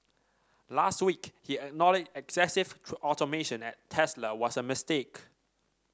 last week he acknowledged excessive automation at Tesla was a mistake